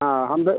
हाँ हम दे